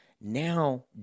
now